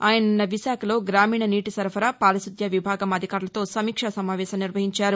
ఆయన నిన్న విశాఖలో గ్రామీణ నీటి సరఫరా పారిశుద్య విభాగం అధికారులతో సమీక్ష సమావేశం నిర్వహించారు